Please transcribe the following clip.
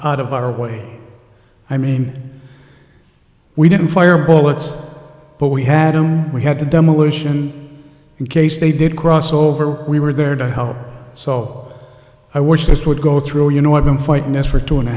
out of our way i mean we didn't fire bullets but we had them we had the demolition in case they did cross over we were there to help so i wish this would go through you know i've been fighting this for two and a